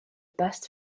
best